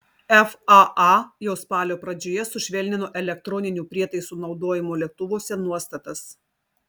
faa jau spalio pradžioje sušvelnino elektroninių prietaisų naudojimo lėktuvuose nuostatas